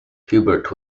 hubert